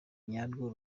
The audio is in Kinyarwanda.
nyarwo